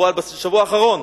בשבוע האחרון,